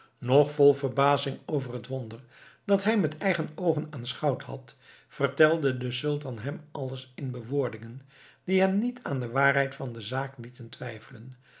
nog vol verbazing over het wonder dat hij met eigen oogen aanschouwd had vertelde de sultan hem alles in bewoordingen die hem niet aan de waarheid van de zaak lieten twijfelen